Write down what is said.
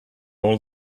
all